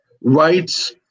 rights